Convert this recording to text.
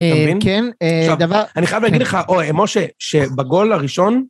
אתה מבין? עכשיו, אני חייב להגיד לך, אוי, משה, שבגול הראשון...